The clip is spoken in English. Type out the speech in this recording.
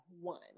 one